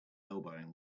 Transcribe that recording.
elbowing